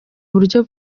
buryo